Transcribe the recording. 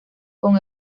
con